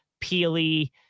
Peely